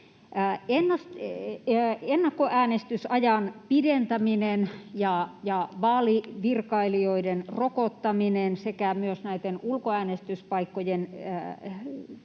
Ennakkoäänestysajan pidentäminen ja vaalivirkailijoiden rokottaminen sekä myös näitten ulkoäänestyspaikkojen